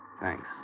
Thanks